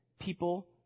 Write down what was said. people